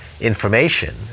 information